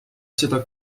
seda